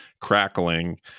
crackling